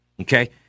Okay